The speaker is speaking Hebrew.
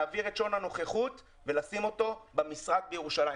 להעביר את שעון הנוכחות ולשים אותו במשרד בירושלים.